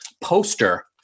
poster